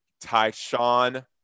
Tyshawn